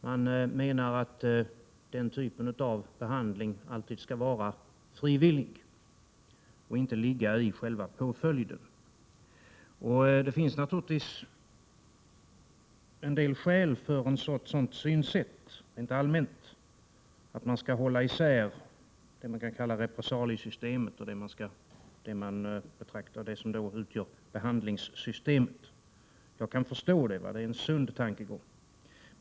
Man menar att denna typ av terapibehandling alltid skall vara frivillig och inte ligga i själva påföljden. Rent allmänt finns det naturligtvis skäl för ett sådant synsätt. Man skall hålla isär det man kan kalla repressaliesystemet och det som utgör behandlingssystemet. Jag kan förstå det, och det är en sund tankegång.